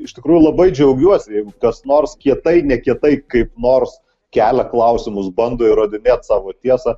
iš tikrųjų labai džiaugiuosi jeigu kas nors kietai nekietai kaip nors kelia klausimus bando įrodinėt savo tiesą